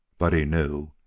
but he knew,